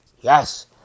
Yes